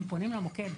הם פונים למוקד.